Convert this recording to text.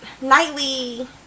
nightly